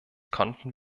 konnten